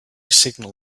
signal